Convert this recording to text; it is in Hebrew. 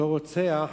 אותו רוצח